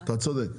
אתה צודק.